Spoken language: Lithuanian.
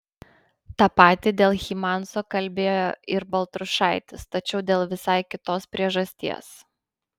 tą patį dėl hymanso kalbėjo ir baltrušaitis tačiau dėl visai kitos priežasties